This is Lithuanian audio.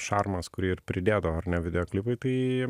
šarmas kurį ir pridėdavo ar ne videoklipai tai